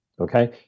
okay